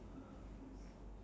your